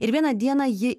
ir vieną dieną ji